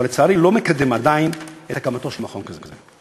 אבל לצערי לא מקדם עדיין את הקמתו של מכון כזה.